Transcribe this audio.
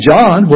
John